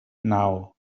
now